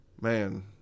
Man